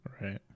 Right